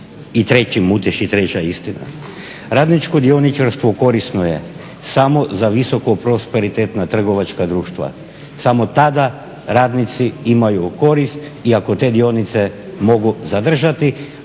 se ne razumije./… Radničko dioničarstvo korisno je samo za visoko prosperitetna trgovačka društva, samo tada radnici imaju korist i ako te dionice mogu zadržati,